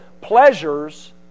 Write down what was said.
pleasures